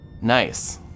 Nice